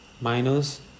minus